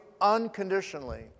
unconditionally